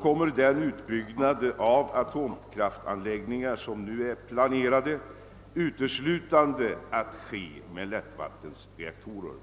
kommer den utbyggnad av atomkraftanläggningar som nu är planerad att avse uteslutande lättvattenreaktorer.